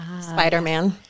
Spider-Man